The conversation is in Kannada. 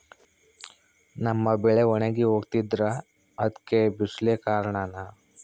ನಮ್ಮ ಬೆಳೆ ಒಣಗಿ ಹೋಗ್ತಿದ್ರ ಅದ್ಕೆ ಬಿಸಿಲೆ ಕಾರಣನ?